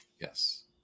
Yes